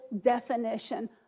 definition